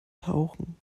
tauchen